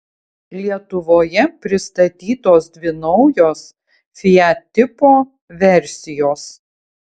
lietuvoje pristatytos dvi naujos fiat tipo versijos